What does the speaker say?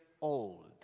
Old